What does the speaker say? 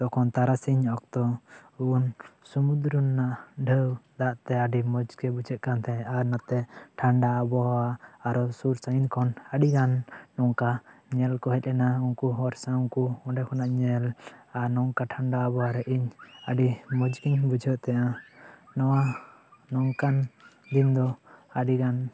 ᱛᱚᱠᱷᱚᱱ ᱛᱟᱨᱟᱥᱤᱧ ᱚᱠᱛᱚ ᱩᱱ ᱥᱩᱢᱩᱫᱽᱫᱨᱚ ᱨᱮᱱᱟᱜ ᱰᱷᱮᱣ ᱫᱟᱜ ᱛᱮ ᱟᱹᱰᱤ ᱢᱚᱡᱽ ᱜᱮ ᱵᱩᱡᱷᱟᱹᱜ ᱠᱟᱱ ᱛᱟᱦᱮᱸᱜ ᱟᱨ ᱱᱚᱛᱮ ᱴᱷᱟᱱᱰᱟ ᱟᱵᱚᱦᱟᱣᱟ ᱟᱨᱚ ᱥᱩᱨ ᱥᱟᱺᱜᱤᱧ ᱠᱷᱚᱱ ᱟᱹᱰᱤ ᱜᱟᱱ ᱱᱚᱝᱠᱟ ᱧᱮᱞ ᱠᱚ ᱦᱮᱡ ᱞᱮᱱᱟ ᱩᱱᱠᱩ ᱦᱚᱲ ᱥᱟᱶ ᱩᱱᱠᱩ ᱚᱰᱮ ᱠᱷᱚᱱᱟᱜ ᱧᱮᱞ ᱟᱨ ᱱᱚᱝᱠᱟ ᱴᱷᱟᱱᱰᱟ ᱟᱵᱚᱦᱟᱣᱟ ᱨᱮ ᱤᱧ ᱟᱹᱰᱤ ᱢᱚᱡᱽ ᱜᱮᱧ ᱵᱩᱡᱷᱟᱣ ᱮᱫ ᱛᱟᱦᱮᱱᱟ ᱱᱚᱣᱟ ᱱᱚᱝᱠᱟᱱ ᱫᱤᱱ ᱫᱚ ᱟᱹᱰᱤ ᱜᱟᱱ